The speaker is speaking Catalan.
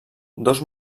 dos